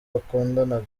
bakundanaga